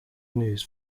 news